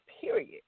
period